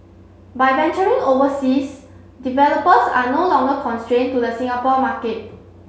by venturing overseas developers are no longer constrained to the Singapore market